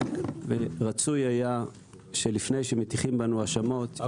ורצוי היה שלפני שמטיחים בנו האשמות,